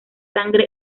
sangre